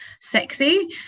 sexy